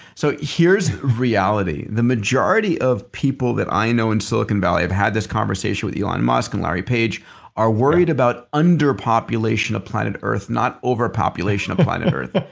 so here's reality. the majority of people that i know in silicon valley have had this conversation with elon musk and larry page are worried about underpopulation of planet earth, not overpopulation of planet earth.